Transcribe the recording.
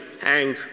hang